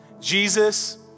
Jesus